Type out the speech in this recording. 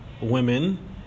women